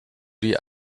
die